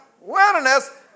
wilderness